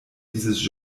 dieses